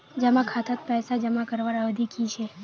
जमा खातात पैसा जमा करवार अवधि की छे?